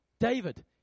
David